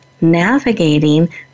navigating